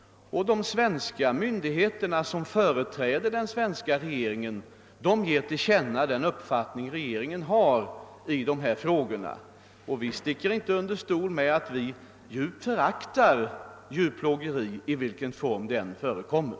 De svenska myndigheterna, som företräder den svenska regeringen ger till känna den uppfattning regeringen har i dessa frågor, och vi sticker inte under stol med att vi djupt föraktar djurplågeri i vilken form det än förekommer.